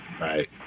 Right